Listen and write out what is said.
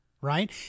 right